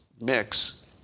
mix